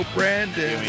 Brandon